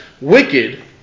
wicked